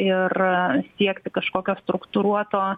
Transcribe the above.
ir siekti kažkokio struktūruoto